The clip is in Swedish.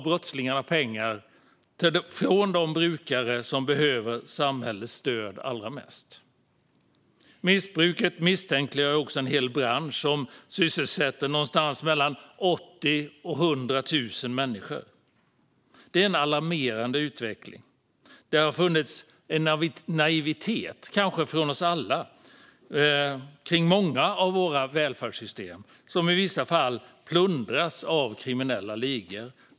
Brottslingarna tar pengar från de brukare som behöver samhällets stöd allra mest. Missbruket misstänkliggör också en hel bransch som sysselsätter någonstans mellan 80 000 och 100 000 människor. Det är en alarmerande utveckling. Det har kanske funnits en naivitet från oss alla kring många av våra välfärdssystem, som i vissa fall plundras av kriminella ligor.